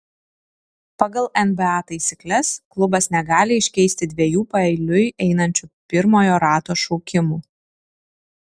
pagal nba taisykles klubas negali iškeisti dviejų paeiliui einančių pirmojo rato šaukimų